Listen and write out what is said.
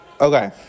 Okay